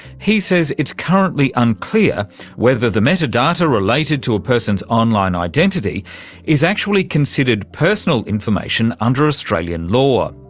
he says it's currently unclear whether the metadata related to a person's online identity is actually considered personal information under australian law.